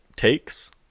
takes